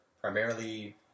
primarily